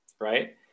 right